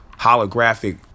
holographic